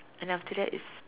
and after that is